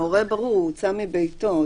זה ברור, הוא הוצא מביתו.